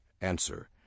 Answer